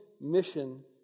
mission